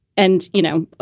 and you know what?